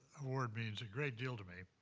award means a great deal to me.